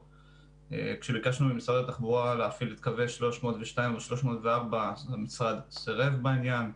כשביקשנו ממשרד התחבורה להפעיל את קווי 302 או 304 המשרד סירב בעניין.